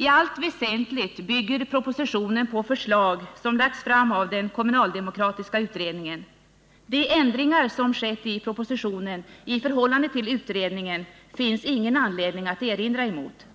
I allt väsentligt bygger propositionen på förslag som lagts fram av den kommunaldemokratiska utredningen. De ändringar som gjorts i propositionen i förhållande till utredningen finns det ingen anledning att erinra emot.